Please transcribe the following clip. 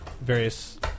various